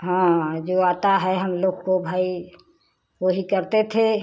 हाँ जो आता है हम लोग को भाई वही करते थे